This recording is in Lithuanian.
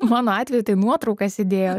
mano atveju nuotraukas įdėjo